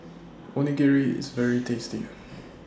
Onigiri IS very tasty